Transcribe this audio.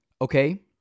okay